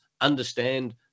understand